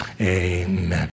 Amen